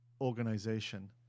organization